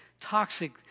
toxic